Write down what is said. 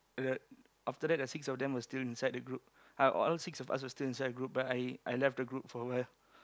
uh after that the six of them was still inside the group uh all six of us were still inside the group but I I left the group for awhile